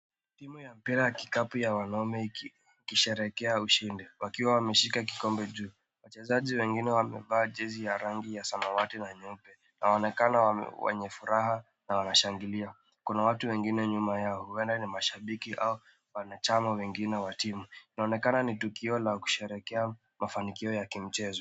Timu ya mpira ya kikapu ya wanaume ikisheherekea ushindi wakiwa wameshika kikombe juu. Wachezaji wengine wamevaa jezi ya rangi ya samawati na nyeupe, inaonekana wenye furaha na wanashangilia. Kuna watu wengine nyuma yao huenda ni mashabiki au wanachama wengine wa timu. Inaonekana ni tukio la kusheherekea mafanikio ya kimchezo.